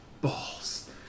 balls